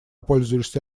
пользуешься